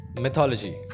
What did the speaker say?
Mythology